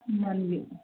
monthly